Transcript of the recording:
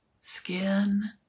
skin